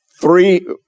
three